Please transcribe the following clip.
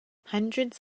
hundreds